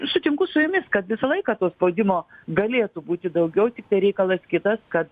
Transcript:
sutinku su jumis kad visą laiką to spaudimo galėtų būti daugiau tiktai reikalas kitas kad